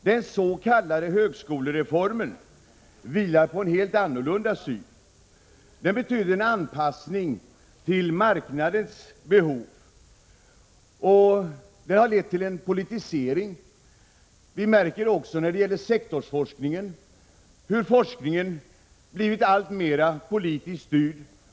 Den s.k. högskolereformen vilar på en helt annorlunda syn och betyder en anpassning till marknadens behov. Det har lett till en politisering. Vi märker också när det gäller sektorsforskningen hur forskningen blivit alltmera politiskt styrd.